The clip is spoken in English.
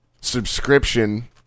subscription